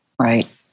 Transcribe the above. Right